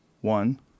one